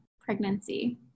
pregnancy